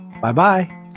Bye-bye